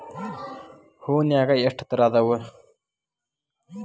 ಹೂನ್ಯಾಗ ಎಷ್ಟ ತರಾ ಅದಾವ್?